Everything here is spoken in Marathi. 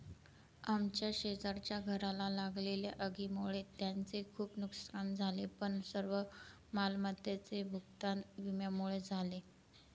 आमच्या शेजारच्या घराला लागलेल्या आगीमुळे त्यांचे खूप नुकसान झाले पण सर्व मालमत्तेचे भूगतान विम्यामुळे झाले